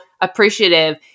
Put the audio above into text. appreciative